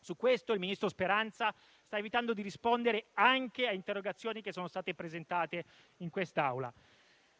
Su questo, il ministro Speranza sta evitando di rispondere anche a interrogazioni che sono state presentate in quest'Aula,